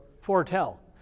foretell